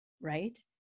right